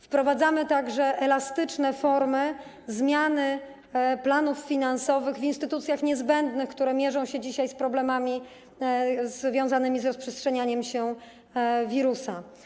Wprowadzamy także elastyczne formy zmiany planów finansowych w instytucjach niezbędnych, które mierzą się dzisiaj z problemami związanymi z rozprzestrzenianiem się wirusa.